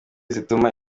zituma